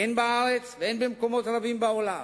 הן בארץ והן במקומות רבים בעולם.